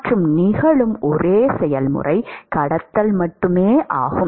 மற்றும் நிகழும் ஒரே செயல்முறை கடத்தல் மட்டுமே ஆகும்